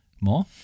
More